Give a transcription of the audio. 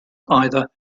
either